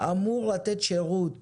אמור לתת שירות